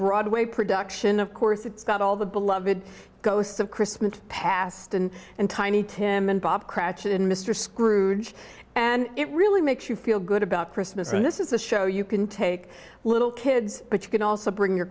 broadway production of course it's got all the beloved ghosts of christmas past and and tiny tim and bob cratchit and mr scrooge and it really makes you feel good about christmas and this is a show you can take little kids but you can also bring your